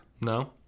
No